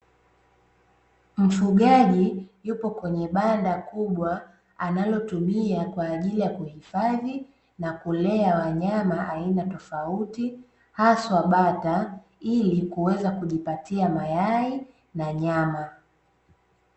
Mfugaji yupo kwenye banda kubwa analotumia kwa ajili ya kuhifadhi na kullea wanyama aina tofauti hasa bata, ili kuweza kujipatia mayai na nyama.